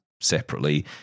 separately